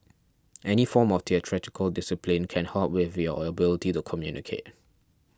any form of theatrical discipline can help with your ability to communicate